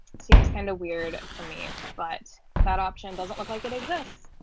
seems kind of weird to me. but that option doesn't look like it exists.